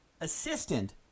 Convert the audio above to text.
assistant